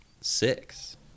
six